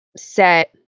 set